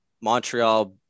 Montreal